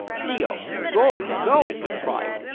dio! go! go! he cried,